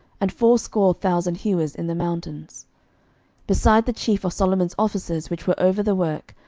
and fourscore thousand hewers in the mountains beside the chief of solomon's officers which were over the work,